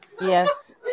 Yes